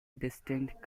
distinct